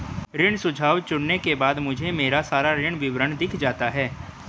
ऋण सुझाव चुनने के बाद मुझे मेरा सारा ऋण विवरण दिख जाता है